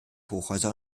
hochhäuser